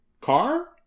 car